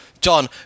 John